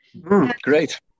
great